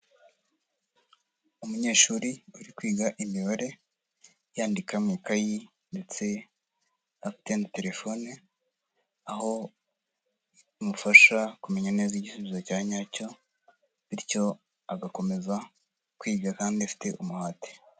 Umunyeshuri uri kwiga imibare yandika mu ikayi ndetse afite na terefone, aho imufasha kumenya neza igisubizo cya nyacyo, bityo agakomeza kwiga kandi afite umuhate.